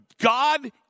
God